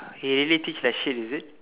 he really teach like shit is it